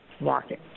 market